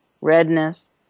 redness